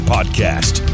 Podcast